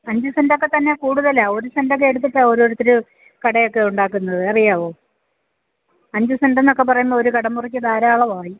അഞ്ച് സെൻറ്റൊക്കെത്തന്നെ കൂടുതൽ ആണ് ഒരു സെൻറ്റൊക്കെ എടുത്തിട്ടാൽ ഓരോര്ത്തര് കടയൊക്കെ ഉണ്ടാക്കുന്നത് അറിയാവോ അഞ്ച് സെൻറ്റെന്നൊക്കെ പറയുമ്പം ഒരു കടമുറിക്ക് ധാരാളവായി